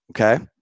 Okay